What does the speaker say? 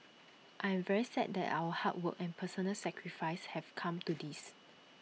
I am very sad that our hard work and personal sacrifice have come to this